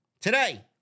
today